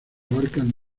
abarcan